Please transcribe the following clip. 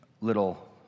little